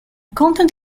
content